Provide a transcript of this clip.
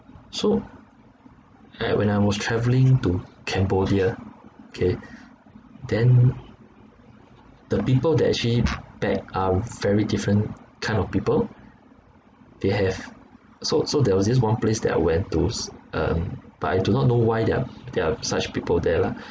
so I when I was travelling to cambodia okay then the people that actually beg are very different kind of people they have so so there was this one place that I went to s~ um but I do not know why there are there are such people there lah